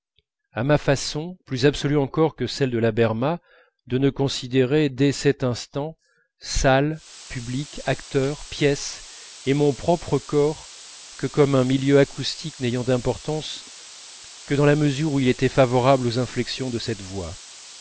à ma façon plus absolue encore que celle de la berma de ne considérer dès cet instant salle public acteurs pièce et mon propre corps que comme un milieu acoustique n'ayant d'importance que dans la mesure où il était favorable aux inflexions de cette voix